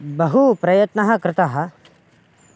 बहु प्रयत्नः कृतः